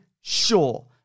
sure